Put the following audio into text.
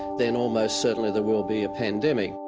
then almost certainly there will be a pandemic.